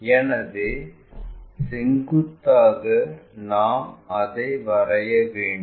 எனவே செங்குத்தாக நாம் அதை வரைய வேண்டும்